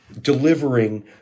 delivering